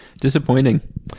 disappointing